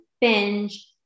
binge